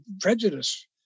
prejudice